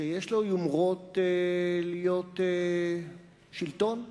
שיש לו יומרות להיות שלטון חוקי,